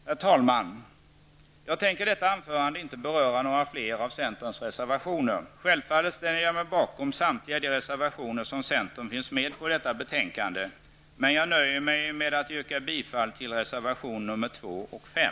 Herr talman! Jag tänker i detta anförande inte beröra några fler av centerns reservationer. Självfallet ställer jag mig bakom samtliga de reservationer där centern finns med i detta betänkande. Men jag nöjer mig med att yrka bifall till reservationerna 2 och 5.